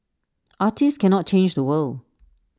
artists cannot change the world